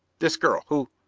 this girl. who?